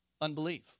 Unbelief